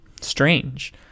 Strange